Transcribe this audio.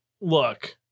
look